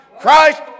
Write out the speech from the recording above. Christ